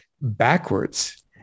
backwards